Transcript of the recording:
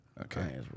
Okay